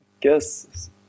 guess